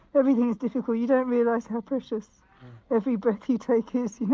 everything is difficult, you don't realise how precious every breath you take is yeah